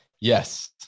Yes